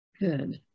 Good